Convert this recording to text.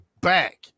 back